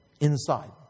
inside